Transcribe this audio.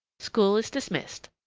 school is dismissed.